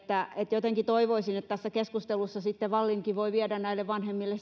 jotenkin toivoisin että tässä keskustelussa sitten vallinkin voi viedä näille vanhemmille